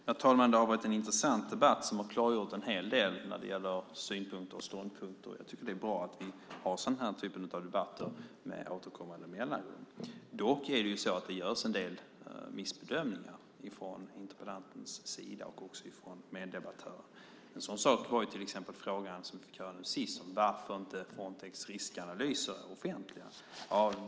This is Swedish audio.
Fru talman! Det har varit en intressant debatt som har klargjort en hel del när det gäller synpunkter och ståndpunkter. Det är bra att vi har denna typ av debatter med återkommande mellanrum. Det görs dock en del missbedömningar från interpellantens och meddebattörens sida. En sådan sak var till exempel frågan vi fick höra nu sist om varför Frontex riskanalyser inte är offentliga.